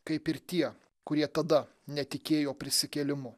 kaip ir tie kurie tada netikėjo prisikėlimu